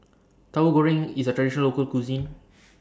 Tahu Goreng IS A Traditional Local Cuisine